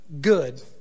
good